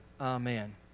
Amen